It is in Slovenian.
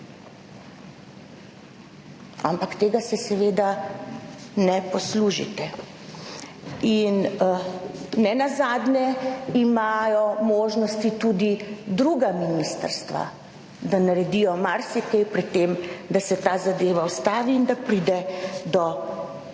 ampak tega se seveda ne poslužite. In nenazadnje imajo možnosti tudi druga ministrstva, da naredijo marsikaj pri tem, da se ta zadeva ustavi in da pride do ugotovitev